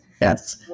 Yes